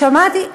שמעתי,